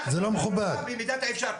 אנחנו עושים הכל במידת האפשר,